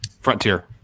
Frontier